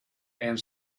and